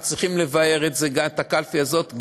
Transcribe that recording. הם צריכים לבער גם את הקלפי הזאת.